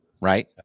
right